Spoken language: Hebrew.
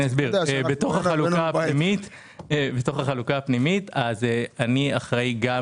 בתוך החלוקה הפנימית אני אחראי גם